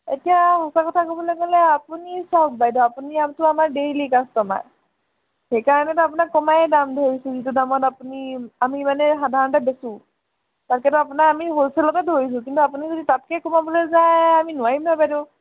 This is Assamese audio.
এতিয়া সঁচা কথা ক'বলৈ গ'লে আপুনি চাওক বাইদেউ আপুনি আমাতো আমাৰ ডেইলি কাষ্টমাৰ সেইকাৰণেতো আপোনাক কমায়ে দাম ধৰিছোঁ যিটো দামত আপুনি আমি মানে সাধাৰণতে বেচোঁ তাকেতো আপোনাৰ আমি হ'লছেলতে ধৰিছোঁ কিন্তু আপুনি যদি তাতকৈ কমাবলৈ যায় আমি নোৱাৰিম নহয় বাইদেউ